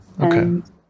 okay